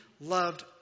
loved